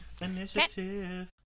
Initiative